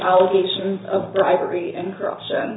allegation of bribery and corruption